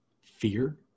fear